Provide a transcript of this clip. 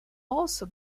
also